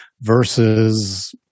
versus